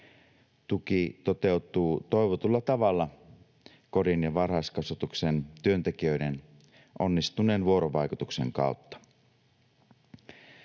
Tuki toteutuu toivotulla tavalla kodin ja varhaiskasvatuksen työntekijöiden onnistuneen vuorovaikutuksen kautta.